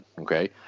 Okay